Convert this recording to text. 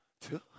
two